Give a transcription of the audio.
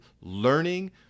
learning